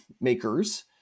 makers